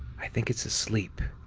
i think it's asleep,